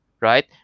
right